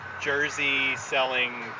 jersey-selling